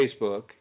Facebook